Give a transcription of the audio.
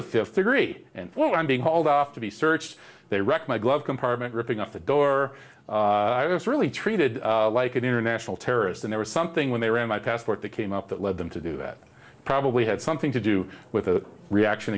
the fifth degree and what i'm being hauled off to be searched they wrecked my glove compartment ripping off the door i was really treated like an international terrorist that there was something when they were in my passport that came up that led them to do that probably had something to do with a reaction